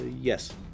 Yes